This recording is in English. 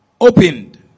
opened